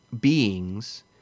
beings